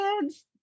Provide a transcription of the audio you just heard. kids